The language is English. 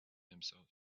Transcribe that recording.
himself